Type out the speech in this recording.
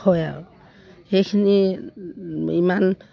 হয় আৰু সেইখিনি ইমান